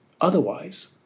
otherwise